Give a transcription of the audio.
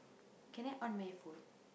can I on my phone